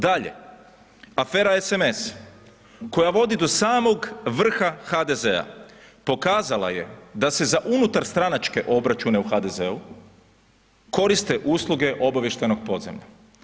Dalje, afera SMS koja vodi do samog vrha HDZ-a pokazala je da se za unutarstranačke obračune u HDZ-u koriste usluge obavještajnog podzemlja.